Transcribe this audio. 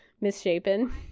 misshapen